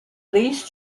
least